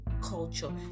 culture